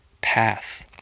path